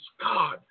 God